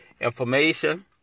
information